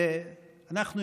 אנחנו,